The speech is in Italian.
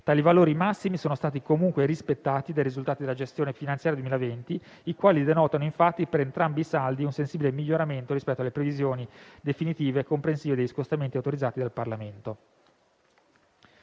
Tali valori massimi sono stati comunque rispettati dai risultati della gestione finanziaria 2020, i quali denotano infatti, per entrambi i saldi, un sensibile miglioramento rispetto alle previsioni definitive, comprensive degli scostamenti autorizzati dal Parlamento.